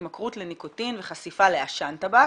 התמכרות לניקוטין וחשיפה לעשן טבק".